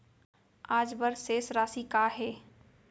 आज बर शेष राशि का हे?